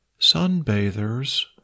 Sunbathers